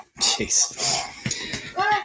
Jeez